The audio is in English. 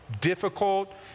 difficult